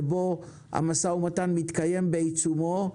שבו קיום המו"מ בעיצומו,